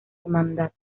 hermandad